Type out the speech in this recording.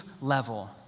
level